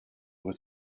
was